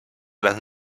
las